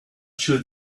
should